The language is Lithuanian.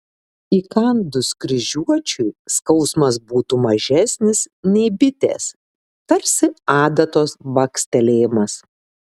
įkandus kryžiuočiui skausmas būtų mažesnis nei bitės tarsi adatos bakstelėjimas